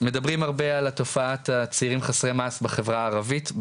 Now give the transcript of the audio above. מדברים הרבה על תופעת צעירים חסרי מעש בחברה הערבית.